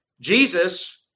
Jesus